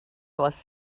was